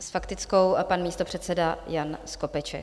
S faktickou a pan místopředseda Jan Skopeček.